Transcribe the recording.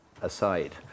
aside